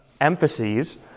emphases